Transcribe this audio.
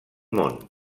món